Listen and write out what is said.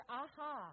aha